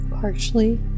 Partially